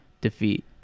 defeat